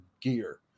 gear